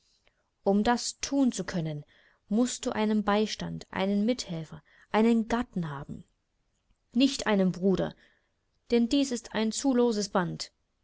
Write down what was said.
um das thun zu können mußt du einen beistand einen mithelfer einen gatten haben nicht einen bruder denn dies ist ein zu loses band